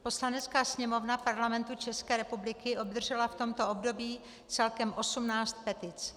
Poslanecká sněmovna Parlamentu České republiky obdržela v tomto období celkem 18 petic.